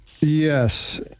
Yes